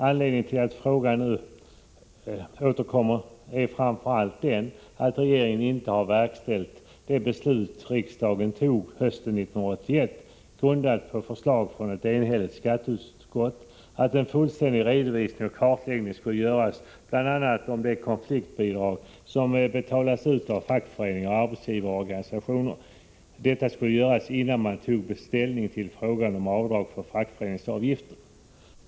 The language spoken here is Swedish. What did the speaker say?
Anledningen till att frågan nu återkommer är framför allt den att regeringen inte verkställt det beslut som riksdagen antog hösten 1981, grundat på ett förslag från ett enhälligt skatteutskott, innebärande att en fullständig redovisning och kartläggning skulle göras bl.a. om det konfliktbidrag som betalas ut av fackföreningar och arbetsgivarorganisationer. Detta skulle göras innan man tog ställning till frågan om avdrag för fackföreningsavgifter.